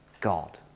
God